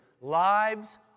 lives